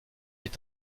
est